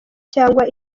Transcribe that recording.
cyangwa